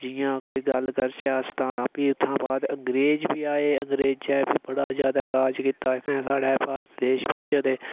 जि'यां कोई गल्ल करचै अस तां भी उत्थुआं बाद अंग्रेज बी आए अंग्रेजें भी बड़ा जैदा राज कीता इत्थै साढ़े भारत देश बिच ते